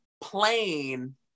plain